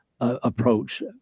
approach